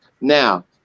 Now